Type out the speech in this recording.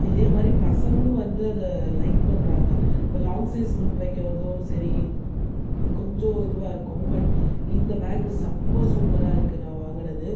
இதே மாதிரி பசங்களும் வந்து அதை லைக் பண்ணுறாங்க இப்போது லாங்க் சைஸ் நோட் வைக்கிறதும் சரி கொஞ்சம் இதுவாகருக்கும் பட் இந்த பேக் செம சூப்பராக இருக்குது நான் வாங்கினது